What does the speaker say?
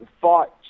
fought